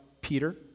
Peter